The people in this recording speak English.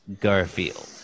Garfield